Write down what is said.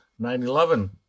9-11